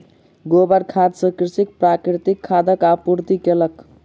गोबर खाद सॅ कृषक प्राकृतिक खादक आपूर्ति कयलक